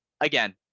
again